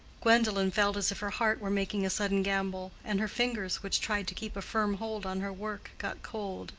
gwendolen felt as if her heart were making a sudden gambol, and her fingers, which tried to keep a firm hold on her work, got cold